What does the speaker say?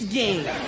game